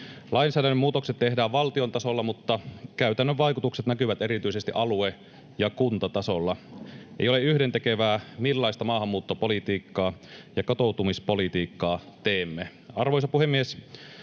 Lainsäädännön muutokset tehdään valtion tasolla, mutta käytännön vaikutukset näkyvät erityisesti alue- ja kuntatasolla. Ei ole yhdentekevää, millaista maahanmuuttopolitiikkaa ja kotoutumispolitiikkaa teemme. Arvoisa puhemies!